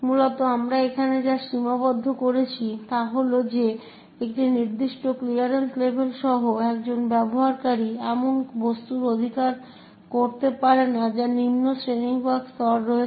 মূলত আমরা এখানে যা সীমাবদ্ধ করছি তা হল যে একটি নির্দিষ্ট ক্লিয়ারেন্স লেভেল সহ একজন ব্যবহারকারী এমন বস্তুর অধিকার করতে পারে না যা নিম্ন শ্রেণীবিভাগ স্তরে রয়েছে